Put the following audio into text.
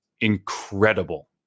incredible